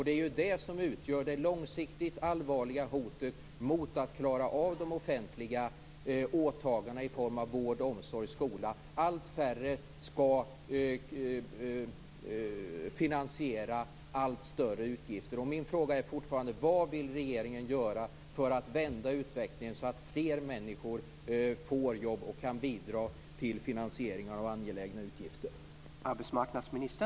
Det är ju detta som utgör det långsiktigt allvarliga hotet mot att klara av de offentliga åtagandena i form av vård, omsorg och skola. Allt färre skall finansiera allt större utgifter.